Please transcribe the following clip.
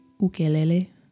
Ukelele